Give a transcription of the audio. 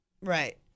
Right